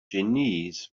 genies